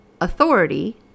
authority